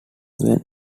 when